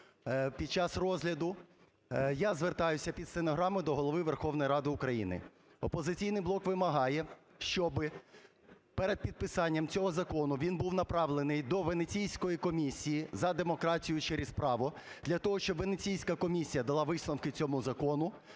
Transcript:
під час розгляду, я звертаюся (під стенограму) до Голови Верховної Ради України. "Опозиційний блок" вимагає, щоб перед підписанням цього закону, він був направлений до Венеціанської комісії "За демократію через право" для того, щоб Венеціанська комісія дала висновки цьому закону,